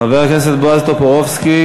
חבר הכנסת בועז טופורובסקי,